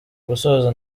gusoza